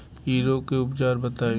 इ रोग के उपचार बताई?